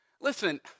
Listen